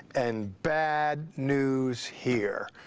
and bad news here.